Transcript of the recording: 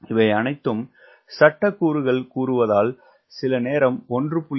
இவையனைத்தும் சட்டக்கூறுகள் கூறுவதால் சிலநேரம் 1